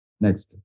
Next